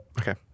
Okay